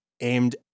aimed